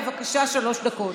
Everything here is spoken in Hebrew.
בבקשה, שלוש דקות.